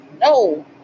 no